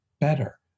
better